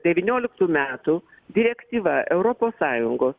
devynioliktų metų direktyva europos sąjungos